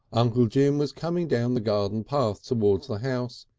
uncle jim was coming down the garden path towards the house,